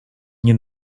nie